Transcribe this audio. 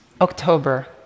October